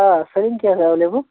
آ سٲلِم کیٚنٛہہ چھُ ایولیبل